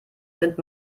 sind